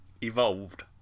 evolved